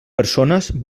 persones